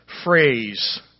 Phrase